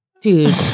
dude